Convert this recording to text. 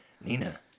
Nina